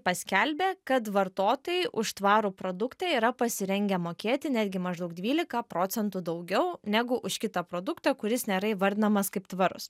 paskelbė kad vartotojai už tvarų produktą yra pasirengę mokėti netgi maždaug dvylika procentų daugiau negu už kitą produktą kuris nėra įvardinamas kaip tvarus